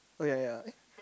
oh ya ya ya eh